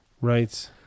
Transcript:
Right